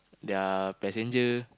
their passenger